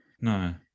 No